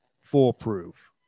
foolproof